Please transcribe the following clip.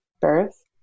birth